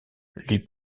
lui